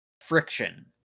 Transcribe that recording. friction